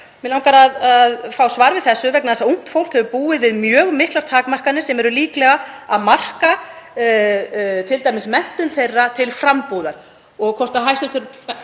Mig langar að fá svar við þessu vegna þess að ungt fólk hefur búið við mjög miklar takmarkanir sem eru líklega að marka t.d. menntun þeirra til frambúðar. Getur hæstv.